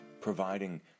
providing